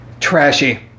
Trashy